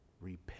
repent